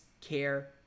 care